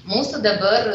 mūsų dabar